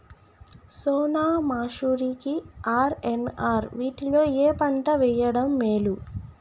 సోనా మాషురి కి ఆర్.ఎన్.ఆర్ వీటిలో ఏ పంట వెయ్యడం మేలు?